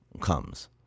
comes